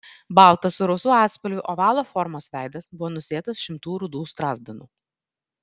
baltas su rausvu atspalviu ovalo formos veidas buvo nusėtas šimtų rudų strazdanų